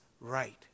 right